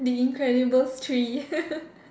the incredibles three